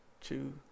two